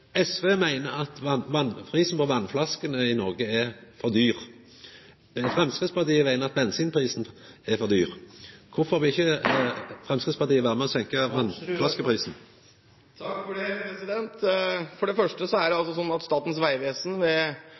SV meiner at prisen på flaskevatn i Noreg er for høg, mens Framstegspartiet meiner at bensinprisen er for høg. Korfor vil ikkje Framstegspartiet vera med og senka prisen på flaskevatn? For det første er det altså sånn at Statens vegvesen